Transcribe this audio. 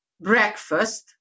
breakfast